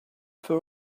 for